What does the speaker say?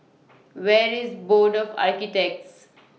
Where IS Board of Architects